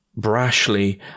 brashly